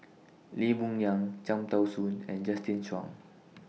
Lee Boon Yang Cham Tao Soon and Justin Zhuang